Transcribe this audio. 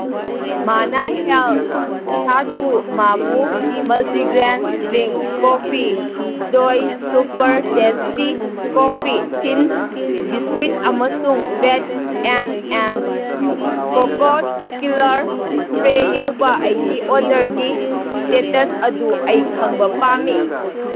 ꯃꯥꯅ ꯍꯦꯜꯠ ꯁꯥꯊꯨ ꯃꯥꯚꯨ multigrain drink coffee joy super tasty coffee thins biscuit ꯑꯃꯁꯨꯡ rats ant and cockroaches killer spray ꯌꯥꯎꯕ ꯑꯩꯒꯤ ꯑꯣꯔꯗꯔꯒꯤ ꯏꯁꯇꯦꯇꯁ ꯑꯗꯨ ꯑꯩ ꯈꯪꯕ ꯄꯥꯝꯃꯤ